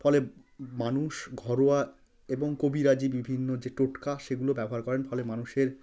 ফলে মানুষ ঘরোয়া এবং কবিরাজি বিভিন্ন যে টোটকা সেগুলো ব্যবহার করেন ফলে মানুষের